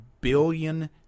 billion